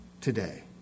today